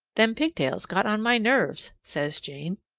them pigtails got on my nerves, says jane.